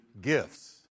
gifts